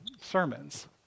sermons